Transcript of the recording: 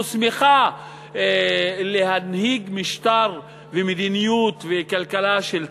שמחה להנהיג משטר ומדיניות וכלכלה של צנע,